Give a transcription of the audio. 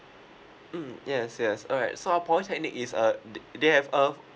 mm yes yes alright so uh polytechnic is a they have uh